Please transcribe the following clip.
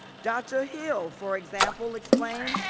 dr. hill for example, explained,